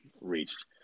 reached